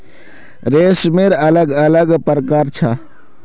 रेशमेर अलग अलग प्रकार छ